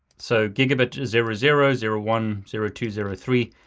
so gigabit zero zero, zero one, zero two, zero three.